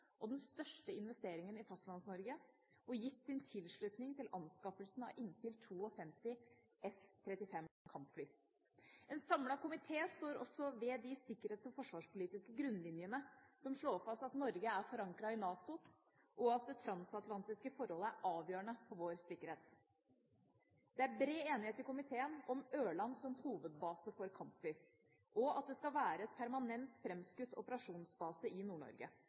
og den største investeringen i Fastlands-Norge og gitt sin tilslutning til anskaffelsen av inntil 52 F-35 kampfly. En samlet komité står også ved de sikkerhets- og forsvarspolitiske grunnlinjene som slår fast at Norge er forankret i NATO, og at det transatlantiske forholdet er avgjørende for vår sikkerhet. Det er bred enighet i komiteen om Ørland som hovedbase for kampfly, og at det skal være en permanent, framskutt operasjonsbase i